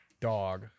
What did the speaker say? dog